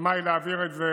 ההסכמה היא להעביר את זה